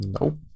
nope